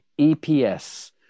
EPS